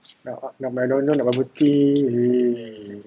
nak McDonald nak bubble tea